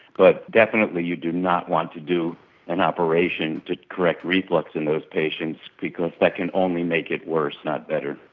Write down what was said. but definitely you do not want to do an operation to correct reflux in those patients because that can only make it worse, not better.